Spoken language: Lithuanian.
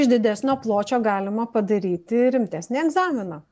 iš didesnio pločio galima padaryti rimtesnį egzaminą